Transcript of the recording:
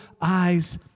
eyes